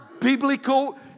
biblical